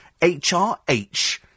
HRH